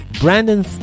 Brandon